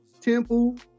temple